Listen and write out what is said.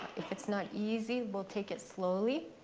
it's not easy, we'll take it slowly.